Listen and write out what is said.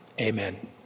amen